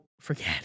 forget